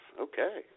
Okay